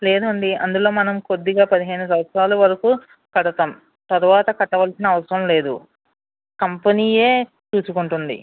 లేదండి అందులో మనము కొద్దిగా పదిహేను సంవత్సరాల వరకు కడతాం తర్వాత కట్టవలసిన అవసరం లేదు కంపెనీయే చూసుకుంటుంది